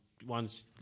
One's